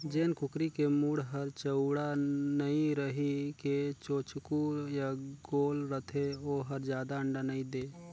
जेन कुकरी के मूढ़ हर चउड़ा नइ रहि के चोचकू य गोल रथे ओ हर जादा अंडा नइ दे